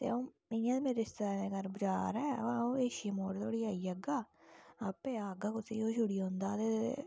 ते इयै च मेरे रिश्तेदारे दा घर बाजार ऐ ते अऊं ऐशिया मोड़ धोड़ी आई जागा आपे आक्खगा कुसेगी आपे छोडी औंदा ते